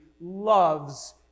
loves